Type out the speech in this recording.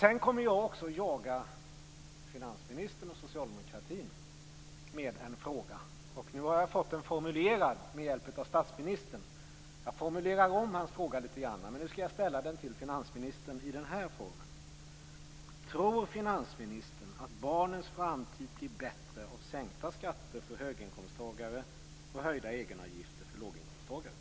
Jag kommer också att jaga finansministern och socialdemokratin med en fråga. Jag har fått den formulerad med hjälp av statsministern. Jag formulerar om hans fråga litet grand, och ställer den till finansministern i den här formen: Tror finansministern att barnens framtid blir bättre av sänkta skatter för höginkomsttagare och höjda egenavgifter för låginkomsttagare?